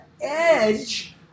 edge